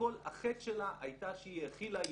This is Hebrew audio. שכל החטא שלה היה שהיא האכילה יונים,